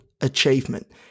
achievement